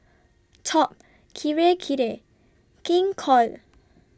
Top Kirei Kirei King Koil